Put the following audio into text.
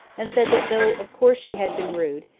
and said that though, of course, she had been rude,